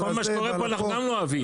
אבל כל מה שקורה פה אנחנו גם לא אוהבים.